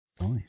Nice